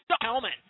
Helmet